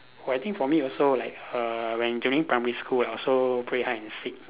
oh I think for me also like also err when during primary school I also play hide and seek